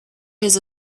his